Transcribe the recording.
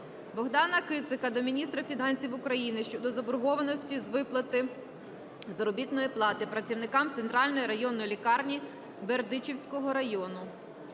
Богдана Кицака до міністра фінансів України щодо заборгованості з виплати заробітної плати працівникам "Центральної районної лікарні Бердичівського району".